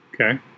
Okay